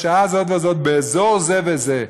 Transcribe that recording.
בשעה זאת וזאת באזור זה וזה,